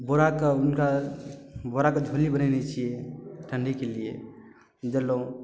बोरा के हुनका बोरा के झोली बनेने छियै ठंडी के लिए देलहुॅं